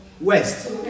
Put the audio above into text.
West